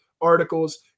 articles